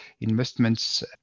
investments